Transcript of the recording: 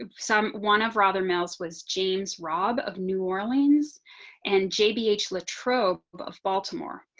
um some one of rather males was james rob of new orleans and gbh latrobe of baltimore,